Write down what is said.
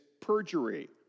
perjury